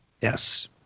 Yes